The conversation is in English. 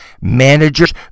managers